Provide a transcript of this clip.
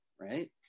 right